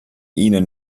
ihnen